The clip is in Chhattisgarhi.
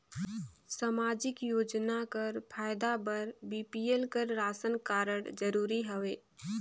समाजिक योजना कर फायदा बर बी.पी.एल कर राशन कारड जरूरी हवे?